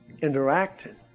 interacting